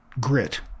grit